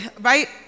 right